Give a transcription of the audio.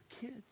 kids